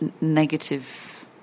negative